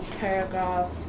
paragraph